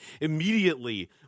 immediately